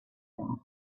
him